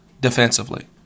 defensively